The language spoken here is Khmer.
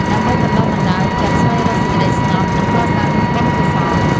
ដើម្បីបណ្ដុះបណ្ដាលចិត្ត ស្វែងរកសេចក្តីស្ងប់ និងកសាងបុណ្យកុសល។